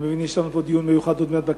אני מבין שיש לנו עוד מעט דיון מיוחד בכנסת.